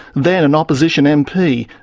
then an opposition mp,